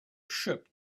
ship